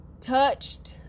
touched